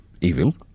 evil